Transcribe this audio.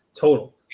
total